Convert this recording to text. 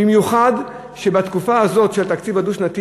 במיוחד שבתקופה הזאת של התקציב הדו-שנתי